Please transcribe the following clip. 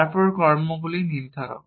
তারপর কর্মগুলি নির্ধারক